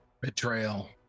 Betrayal